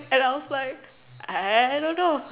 and I was like I don't know